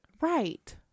right